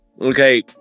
okay